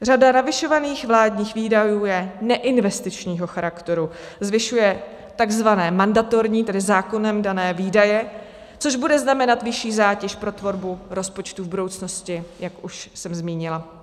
Řada navyšovaných vládních výdajů je neinvestičního charakteru, zvyšuje tzv. mandatorní, tedy zákonem dané výdaje, což bude znamenat vyšší zátěž pro tvorbu rozpočtu v budoucnosti, jak už jsem zmínila.